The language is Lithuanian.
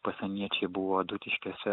pasieniečiai buvo adutiškėse